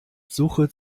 suche